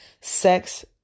sex